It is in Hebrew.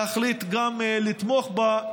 להחליט לתמוך בה.